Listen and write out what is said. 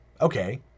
Okay